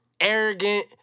arrogant